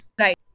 Right